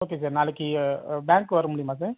okay sir நாளைக்கு பேங்க்கு வர முடியுமா சார்